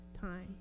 time